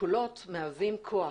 האשכולות מהווים כוח.